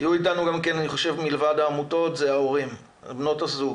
היו איתנו, מלבד העמותות, גם ההורים, בנות הזוג,